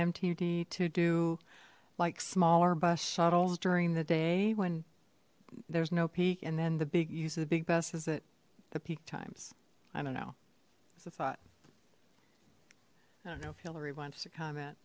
mtd to do like smaller bus shuttles during the day when there's no peak and then the big use of the big bus is at the peak times i don't know it's a thought i don't know if hillary wants to comment